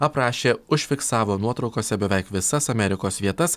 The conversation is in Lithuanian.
aprašė užfiksavo nuotraukose beveik visas amerikos vietas